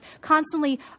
constantly